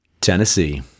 Tennessee